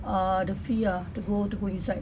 uh the fee ah to go to go inside